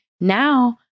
Now